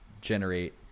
generate